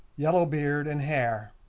yellow beard and hair